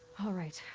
alright.